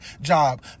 job